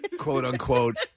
quote-unquote